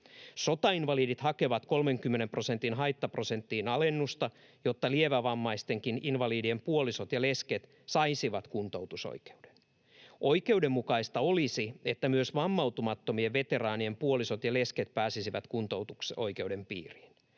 Sotainvalidit hakevat 30 prosentin haittaprosenttiin alennusta, jotta lievävammaistenkin invalidien puolisot ja lesket saisivat kuntoutusoikeuden. Oikeudenmukaista olisi, että myös vammautumattomien veteraanien puolisot ja lesket pääsisivät kuntoutusoikeuden piiriin.